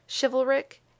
chivalric